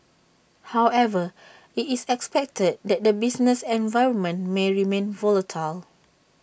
however IT is expected that the business environment may remain volatile